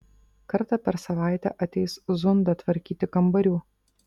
kartą per savaitę ateis zunda tvarkyti kambarių